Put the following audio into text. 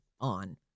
on